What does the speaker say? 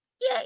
yay